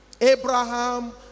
Abraham